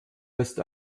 lässt